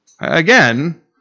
again